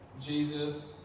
Jesus